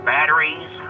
Batteries